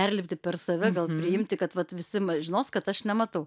perlipti per save gal priimti kad vat visi žinos kad aš nematau